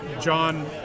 John